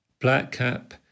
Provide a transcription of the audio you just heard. Blackcap